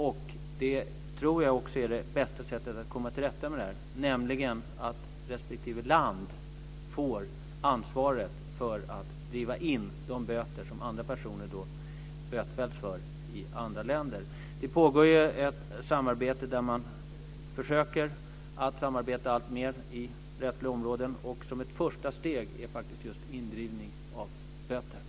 Jag tror också att det bästa sättet att komma till rätta med det här är att respektive land får ansvaret för att driva in de böter som deras medborgare i andra länder åläggs att betala. Det pågår alltmer av försök till samarbete på det rättsliga området, och ett första steg är faktiskt samarbete i fråga om indrivning av böter.